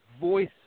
voice